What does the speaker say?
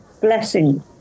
Blessing